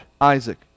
isaac